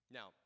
Now